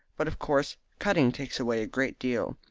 but of course cutting takes away a great deal.